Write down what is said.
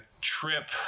trip